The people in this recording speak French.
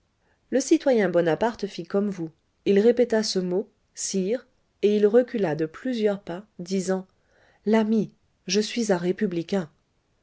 le citoyen bonaparte fit comme vous il répéta ce mot sire et il recula de plusieurs pas disant l'ami je suis un républicain